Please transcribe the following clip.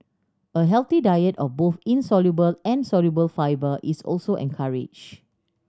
a healthy diet of both insoluble and soluble fibre is also encouraged